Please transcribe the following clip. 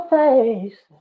face